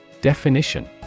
Definition